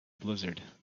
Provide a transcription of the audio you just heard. blizzard